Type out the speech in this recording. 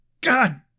God